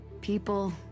people